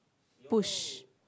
push